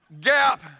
Gap